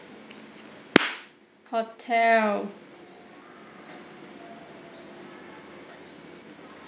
hotel